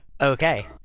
okay